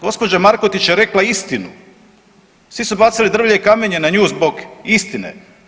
Gđa. Markotić je rekla istinu, svi su bacili drvlje i kamenje na nju zbog istine.